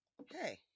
okay